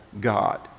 God